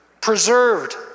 preserved